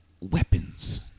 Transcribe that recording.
weapons